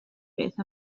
beth